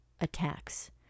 attacks